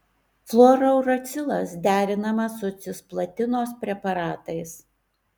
fluorouracilas derinamas su cisplatinos preparatais